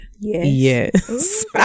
Yes